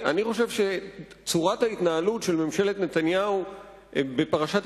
וצורת ההתנהלות של ממשלת נתניהו בפרשת